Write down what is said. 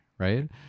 right